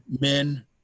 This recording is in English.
men